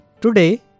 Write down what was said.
Today